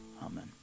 Amen